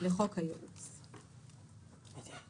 כהגדרתם בחוק הפיקוח על קופות הגמל, שבניהולה: